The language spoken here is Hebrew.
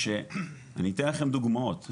אני אתן לכם דוגמאות.